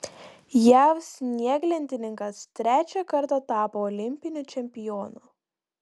jav snieglentininkas trečią kartą tapo olimpiniu čempionu